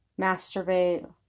masturbate